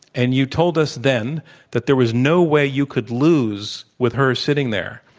and you told us then that there was no way you could lose with her sitting there.